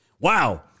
Wow